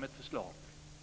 utgångspunkter.